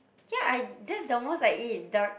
ya I that's the most I eat duck